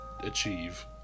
achieve